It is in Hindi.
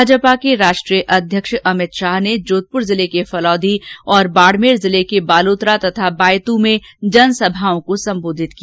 भाजपा के राष्ट्रीय अध्यक्ष अमित शाह ने जोधपुर जिले के फलौदी और बाड़मेर जिले के बालोतरा और बायतू में जनसभाओं को सम्बोधित किया